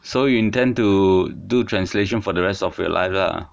so you intend to do translation for the rest of your life lah